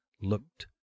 looked